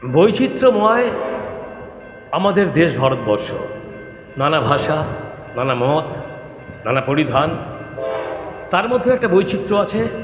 বৈচিত্র্যময় আমাদের দেশ ভারতবর্ষ নানা ভাষা নানা মথ নানা পরিধান তার মধ্যে একটা বৈচিত্র্য আছে